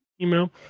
email